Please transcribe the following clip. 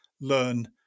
learn